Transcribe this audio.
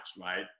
right